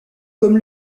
comme